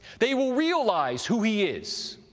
they will realize who he is,